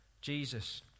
Jesus